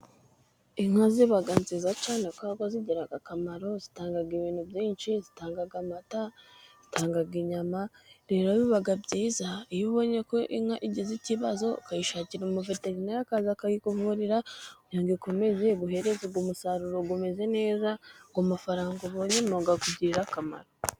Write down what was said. inka ziba nziza zigira akamaro kenshi: zitanga amata, inyama, rero bibabyiza iyo ubonye inka igize ikibazo ukayishakira umuveterineli akaza akayikuvurira, igakomeza kuguha umusaruro umeze neza namafaranga ubonye akakugirira akamaro.